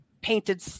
painted